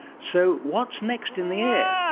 so what's next in the air?